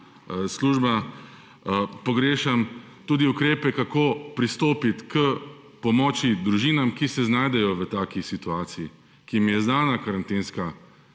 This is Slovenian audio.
služba, pogrešam tudi ukrepe, kako pristopiti k pomoči družinam, ki se znajdejo v taki situaciji, ki jim je izdana karantenska